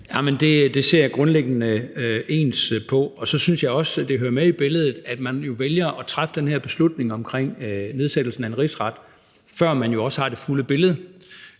(DF): Det ser vi grundlæggende ens på, og så synes jeg også, det hører med i billedet, at man jo vælger at træffe den beslutning omkring nedsættelsen af en rigsret, før man også har det fulde billede.